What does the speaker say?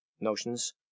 notions